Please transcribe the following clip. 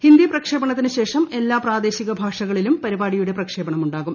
ഹിന്ദി പ്രക്ഷേപണത്തിന് ശേഷം എല്ലാ പ്രാദേശിക ഭാഷകളിലും പരിപാടിയുടെ പ്രക്ഷേപണം ഉണ്ടാകും